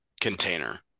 container